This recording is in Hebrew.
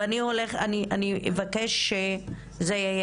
ואני אבקש את זה,